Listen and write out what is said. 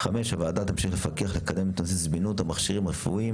הוועדה תמשיך לפקח ולקדם את נושא זמינות המכשירים הרפואיים